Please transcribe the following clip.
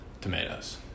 tomatoes